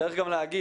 צריך גם להגיד